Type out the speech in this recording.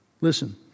Listen